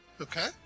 Okay